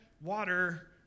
water